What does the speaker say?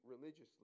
religiously